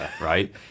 right